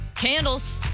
Candles